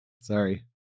Sorry